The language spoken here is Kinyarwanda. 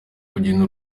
kugira